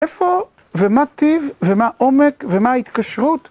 איפה, ומה טיב, ומה עומק, ומה ההתקשרות?